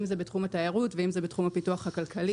אם זה בתחום התיירות ואם זה בתחום הפיתוח הכלכלי.